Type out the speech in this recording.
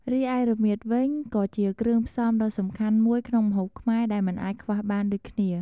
រីឯរមៀតវិញ ក៏ជាគ្រឿងផ្សំដ៏សំខាន់មួយក្នុងម្ហូបខ្មែរដែលមិនអាចខ្វះបានដូចគ្នា។